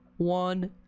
one